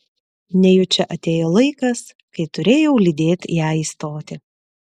nejučia atėjo laikas kai turėjau lydėt ją į stotį